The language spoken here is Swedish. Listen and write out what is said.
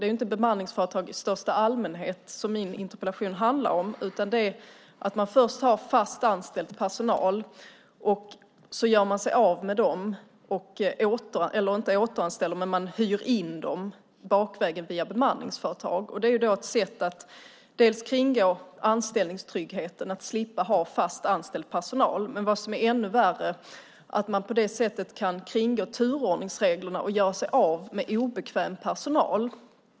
Det är inte bemanningsföretag i största allmänhet som min interpellation handlar om, utan det är när företag först har fast anställd personal som de gör sig av med för att därefter hyra in dem bakvägen via bemanningsföretag som ett sätt att kringgå anställningstryggheten och slippa ha fast anställd personal. Ännu värre är att man på det sättet kan kringgå turordningsreglerna och göra sig av med obekväm personal.